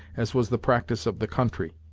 as was the practice of the country.